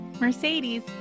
Mercedes